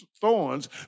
thorns